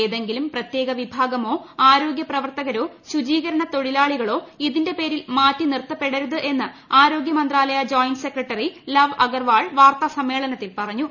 ഏതെങ്കിലും പ്രത്യേക വിഭാഗമോ ആരോഗൃ പ്രവർത്തകരോ ശുചീകരണത്തൊഴിലാളികളോ ഇതിന്റെ പേരിൽ മാറ്റി നിർത്തപ്പെടരുത് എന്ന് ആരോഗ്യ മന്ത്രാലയ ജോയിന്റ് സെക്രട്ടറി ലവ് ് അഗർവാൾ വാർത്താസമ്മേളനത്തിൽ പറഞ്ഞു